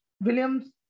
Williams